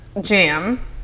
jam